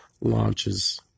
launches